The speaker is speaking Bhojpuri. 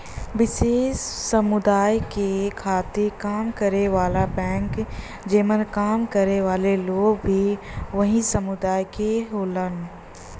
विशेष समुदाय के खातिर काम करे वाला बैंक जेमन काम करे वाले लोग भी वही समुदाय क होलन